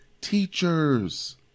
teachers